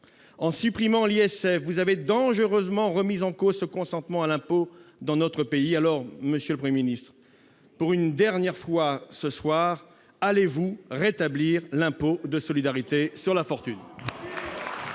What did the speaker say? En supprimant l'ISF, vous avez dangereusement remis en cause ce consentement à l'impôt dans notre pays. Alors, monsieur le Premier ministre, je vous le demande une dernière fois ce soir, allez-vous rétablir l'impôt de solidarité sur la fortune ?